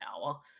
hour